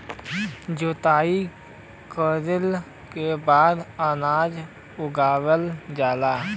जोताई कइले के बाद अनाज उगावल जाला